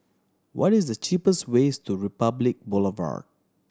what is the cheapest ways to Republic Boulevard